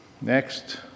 next